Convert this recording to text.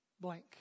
blank